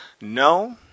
no